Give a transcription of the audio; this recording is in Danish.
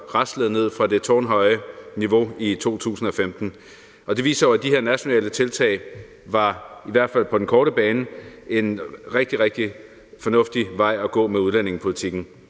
raslede ned fra det tårnhøje niveau i 2015. Det viser jo, at de her nationale tiltag i hvert fald på den korte bane var en rigtig, rigtig fornuftig vej at gå med udlændingepolitikken.